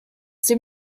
dem